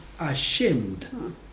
ashamed